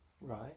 Right